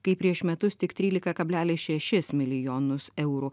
kai prieš metus tik trylika kablelis šešis milijonus eurų